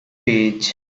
page